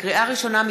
לקריאה ראשונה,